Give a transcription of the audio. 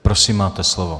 Prosím, máte slovo.